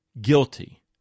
guilty